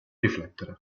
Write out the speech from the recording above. riflettere